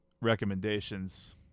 recommendations